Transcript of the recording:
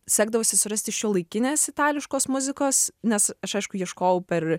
sekdavosi surasti šiuolaikinės itališkos muzikos nes aš aišku ieškojau per